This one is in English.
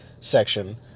section